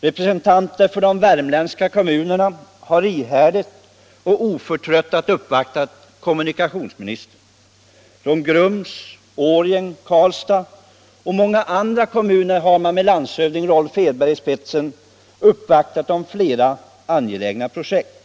Representanter för de värmländska kommunerna har ihärdigt och oförtröttat uppvaktat kommunikationsministern. Från Grums, Årjäng, Karlstad och många andra kommuner har man med landshövding Rolf Edberg i spetsen uppvaktat om fler angelägna projekt.